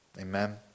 Amen